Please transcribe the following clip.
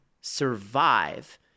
survive